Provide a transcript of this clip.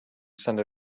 send